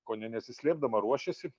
kone nesislėpdama ruošiasi